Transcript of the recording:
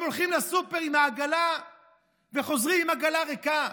הם הולכים לסופר עם העגלה וחוזרים עם עגלה ריקה